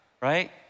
right